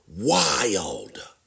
wild